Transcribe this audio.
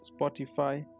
Spotify